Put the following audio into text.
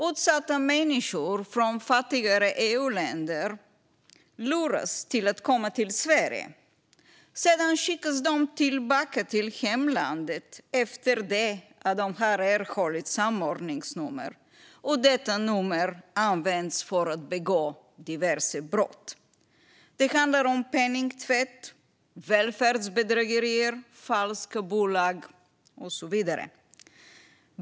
Utsatta människor från fattiga EU-länder luras till att komma till Sverige. Sedan skickas de tillbaka till hemlandet efter det att de har erhållit samordningsnummer, och detta nummer används för att begå diverse brott. Det handlar om penningtvätt, välfärdsbedrägerier, falska bolag och så vidare.